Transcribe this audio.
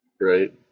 Right